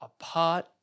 apart